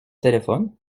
téléphone